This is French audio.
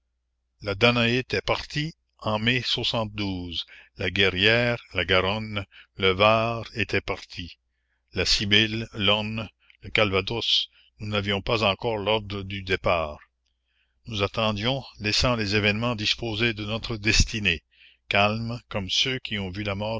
la danaé était partie la guerrière la garonne le var étaient partie la sibylle l'orne le calvados nous n'avions pas encore l'ordre du départ nous attendions laissant les événements disposer de notre destinée calmes comme ceux qui ont vu la mort